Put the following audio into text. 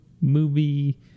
movie